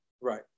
Right